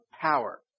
power